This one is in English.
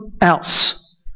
else